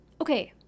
Okay